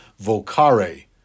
vocare